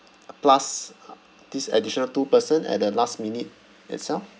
plus this additional two person at the last minute itself